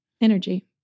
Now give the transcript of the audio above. energy